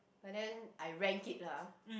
but then I rank it lah